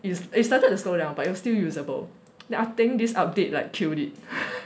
is it started to slow down but it was still usable then I think this update like killed it